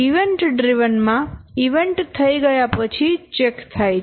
event driven માં event થઈ ગયા પછી ચેક થાય છે